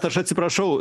aš atsiprašau